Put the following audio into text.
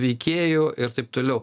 veikėjų ir taip toliau